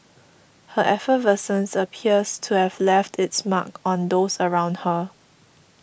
her effervescence appears to have left its mark on those around her